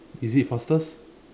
is it fastest